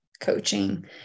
coaching